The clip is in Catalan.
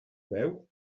peu